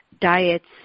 diets